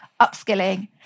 upskilling